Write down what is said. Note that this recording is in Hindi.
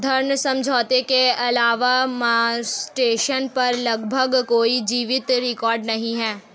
ऋण समझौते के अलावा मास्टेन पर लगभग कोई जीवित रिकॉर्ड नहीं है